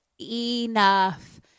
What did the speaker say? enough